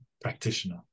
practitioner